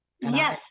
Yes